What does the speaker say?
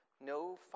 no